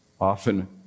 often